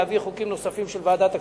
להביא חוקים נוספים של ועדת הכספים.